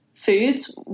foods